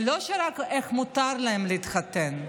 אבל לא רק איך מותר להם להתחתן,